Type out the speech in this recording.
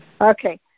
Okay